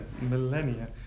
millennia